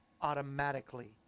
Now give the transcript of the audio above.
automatically